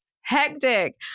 hectic